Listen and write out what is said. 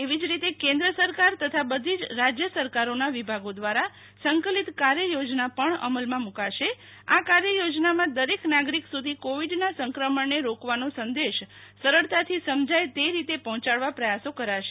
એવી રીતે કેન્દ્ર સરકાર તથા બધી જ રાજય સરકારોના વિભાગો દ્રારા સંકલિત કાર્યયોજના પણ અમલમાં મુ કાશે આ કાર્યયોજનમાં દરેક નાગરિક સુધિ કોવિડના સંક્રમણને રોકવાનો સંદેશ સરળતાથી સમજાય તે રીતે પહોંચાડવા પ્રયાસો કરાશે